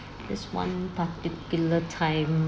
there's one particular time